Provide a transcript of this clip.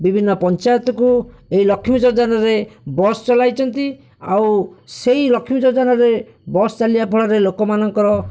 ବିଭିନ୍ନ ପଞ୍ଚାୟତକୁ ଏହି ଲକ୍ଷ୍ମୀ ଯୋଜନାରେ ବସ୍ ଚଳାଇଛନ୍ତି ଆଉ ସେହି ଲକ୍ଷ୍ମୀ ଯୋଜନାରେ ବସ୍ ଚାଲିବା ଫଳରେ ଲୋକମାନଙ୍କର